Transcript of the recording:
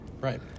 Right